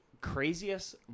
craziest